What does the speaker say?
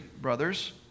brothers